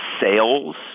sales